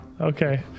okay